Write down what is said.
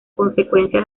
consecuencia